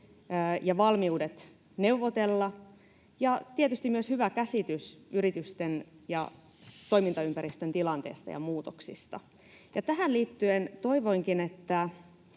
ja valmiudet neuvotella ja tietysti myös hyvä käsitys yritysten ja toimintaympäristön tilanteesta ja muutoksista. Tähän liittyen toivoinkin, että